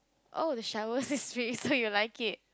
oh the shower is free so you like it